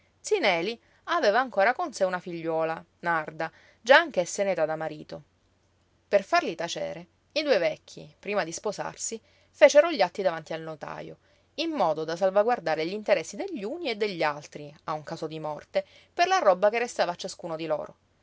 neli aveva ancora con sé una figliuola narda già anch'essa in età da marito per farli tacere i due vecchi prima di sposarsi fecero gli atti davanti al notajo in modo da salvaguardare gl'interessi degli uni e degli altri a un caso di morte per la roba che restava a ciascuno di loro